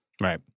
Right